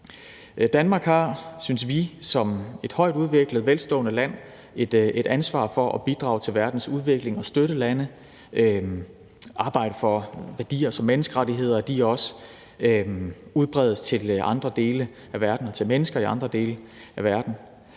Danmark har, synes vi, som et højtudviklet, velstående land et ansvar for at bidrage til verdens udvikling, støtte lande og arbejde for, at værdier som menneskerettigheder også udbredes til mennesker i andre dele af verden.